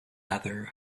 other